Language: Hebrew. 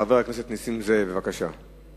חבר הכנסת נסים זאב, בבקשה.